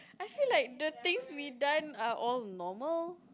I feel like the things we done are all normal